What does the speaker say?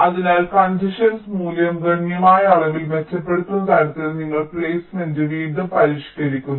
അതിനാൽ കൺജഷൻസ് മൂല്യം ഗണ്യമായ അളവിൽ മെച്ചപ്പെടുന്ന തരത്തിൽ നിങ്ങൾ പ്ലേസ്മെന്റ് വീണ്ടും പരിഷ്കരിക്കുന്നു